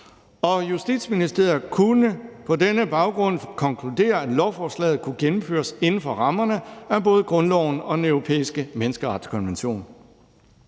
Justitsministeriet kunne på denne baggrund konkludere, at lovforslaget kunne gennemføres inden for rammerne af både grundloven og den europæiske menneskerettighedskonvention.